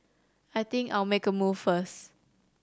I think I'll make a move first